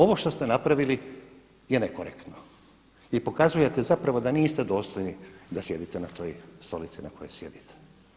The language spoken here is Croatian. Ovo što ste napravili je nekorektno i pokazujete zapravo da niste dostojni da sjedite na toj stolici na kojoj sjedite.